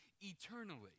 eternally